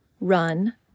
run